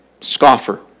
scoffer